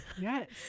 Yes